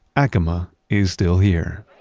acoma is still here